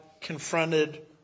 confronted